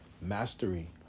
Mastery